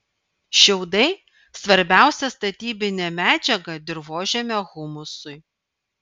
šiaudai svarbiausia statybinė medžiaga dirvožemio humusui